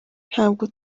ntabwo